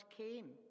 came